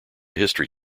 history